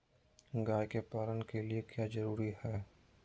गाय के पालन के लिए क्या जरूरी है?